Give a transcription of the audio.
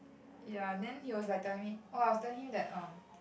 ya then he was like telling me oh I was telling him that um